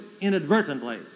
inadvertently